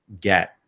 get